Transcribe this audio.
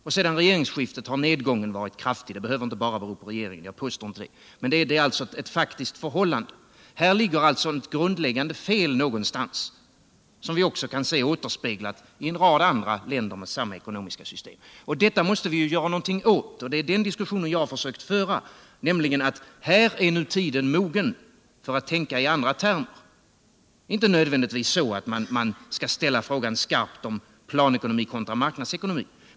Efter regeringsskiftet har nedgången varit kraftig. Det behöver inte bara bero på regeringen, jag påstår "inte det. men det är ett faktiskt förhållande. Här finns alltså ett grundläggande fel någonstans, som vi också kan se återspeglat i en rad andra länder med samma ekonomiska system. Detta måste vi göra någonting åt, och det är den diskussionen jag har försökt föra. Nu är tiden mogen för att tänka i andra termer, inte nödvändigtvis att man skall ställa frågan skarpt om planekonomi kontra marknadsekonomi.